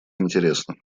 интересно